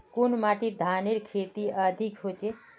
कुन माटित धानेर खेती अधिक होचे?